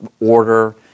order